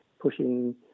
pushing